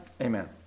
Amen